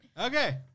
Okay